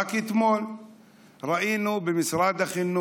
רק אתמול ראינו במשרד החינוך,